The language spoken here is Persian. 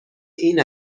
این